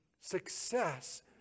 success